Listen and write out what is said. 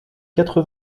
quatre